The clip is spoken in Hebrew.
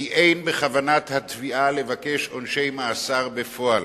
אין בכוונת התביעה לבקש עונשי מאסר בפועל.